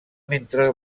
mentre